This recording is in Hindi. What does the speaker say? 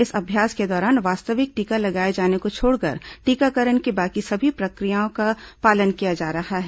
इस अभ्यास के दौरान वास्तविक टीका लगाये जाने को छोड़कर टीकाकरण की बाकी सभी प्रक्रियाओं का पालन किया जा रहा है